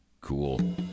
Cool